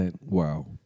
Wow